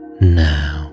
now